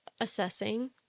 Assessing